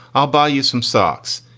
i'll buy you some socks.